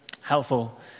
helpful